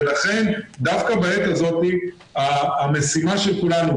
ולכן דווקא בעת הזאת המשימה של כולנו,